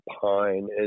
pine